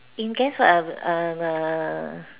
in guess what ah um err